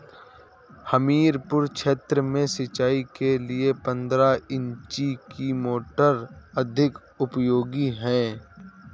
हमीरपुर क्षेत्र में सिंचाई के लिए पंद्रह इंची की मोटर अधिक उपयोगी है?